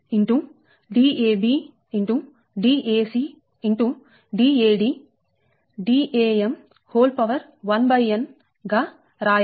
Dam1 n గా రాయచ్చు ఇది 49 వ సమీకరణం